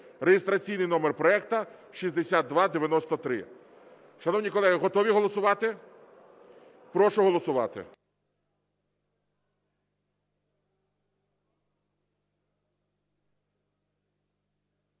(реєстраційний номер проекту 6293). Шановні колеги, готові голосувати? Прошу голосувати.